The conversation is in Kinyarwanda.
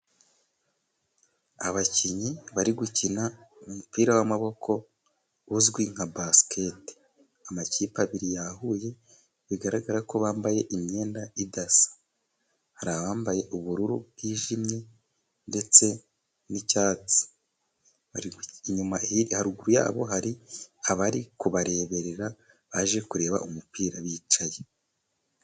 Abakinnyi bari gukina umupira w'amaboko uzwi nka baskete. Amakipe abiri yahuye bigaragara ko bambaye imyenda idasa. Hari abambaye ubururu bwijimye ndetse n'icyatsi. Inyuma haruguru yabo hari abari kubareberera baje kureba umupira bicaye.